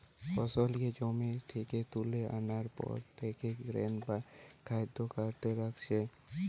ফসলকে জমি থিকে তুলা আনার পর তাকে গ্রেন বা খাদ্য কার্টে রাখছে